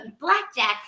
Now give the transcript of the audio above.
blackjack